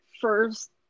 first